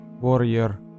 Warrior